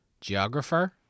geographer